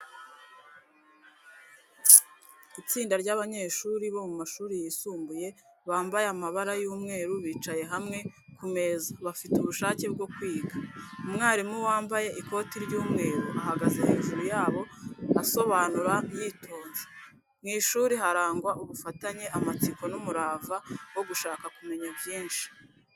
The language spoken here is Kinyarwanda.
Itsinda ry’abanyeshuri bo mu mashuri yisumbuye bambaye amabara y’umweru bicaye hamwe ku meza, bafite ubushake bwo kwiga. Umwarimu wambaye ikoti ry’umweru ahagaze hejuru yabo, asobanura yitonze. Mu ishuri harangwa ubufatanye, amatsiko, n’umurava wo gushaka kumenya byinshi.